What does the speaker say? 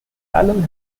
allen